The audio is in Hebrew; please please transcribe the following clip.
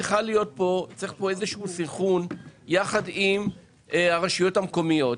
צריך להיות פה איזשהו סנכרון יחד עם הרשויות המקומיות,